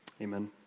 Amen